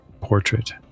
portrait